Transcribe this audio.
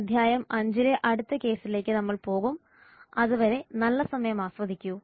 അദ്ധ്യായം 5 ലെ അടുത്ത കേസിലേക്ക് നമ്മൾ പോകും അതുവരെ നല്ല സമയം ആസ്വദിക്കൂ